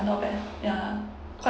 not bad ya